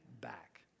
back